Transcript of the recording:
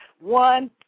one